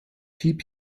piep